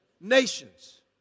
Nations